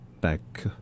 back